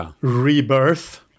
rebirth